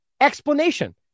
explanation